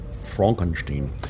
Frankenstein